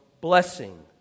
blessing